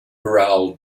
raoul